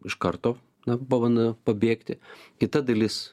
iš karto na pabando pabėgti kita dalis